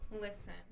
Listen